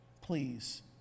please